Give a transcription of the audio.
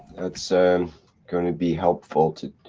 so gonna be helpful to,